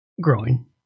growing